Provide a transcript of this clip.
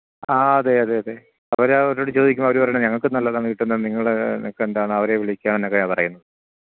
ആ അതെ അതെ അതെ അവർ അവരോട് ചോദിക്കുമ്പോൾ അവർ പറയുന്നത് ഞങ്ങൾക്ക് നല്ലതാണ് കിട്ടുന്നത് നിങ്ങൾ നിങ്ങൾക്ക് എന്താണ് അവരെ വിളിക്കാൻ ഒക്കെയാ പറയുന്നത്